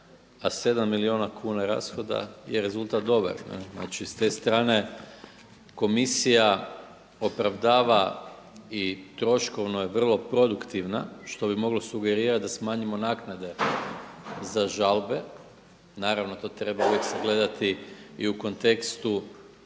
a 7 milijuna kuna rashoda je rezultat …/Govornik se ne razumije./… znači s te strane komisija opravdava i troškovno je vrlo produktivna što bi moglo sugerirati da smanjimo naknade za žalbe. Naravno to treba uvijek sagledati i u kontekstu